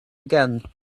again